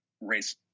race –